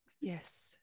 Yes